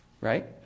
right